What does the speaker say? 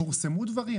אבל פורסמו דברים,